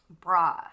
bra